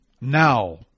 now